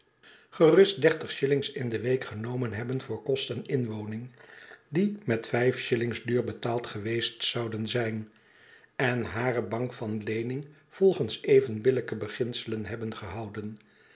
gerust dertig shillings in de week genomen hebben voor kost en inwoning die met vijf shillings duur betaald geweest zouden zijn en hare bank van leening volgens even billijke beginselen hebben gehouden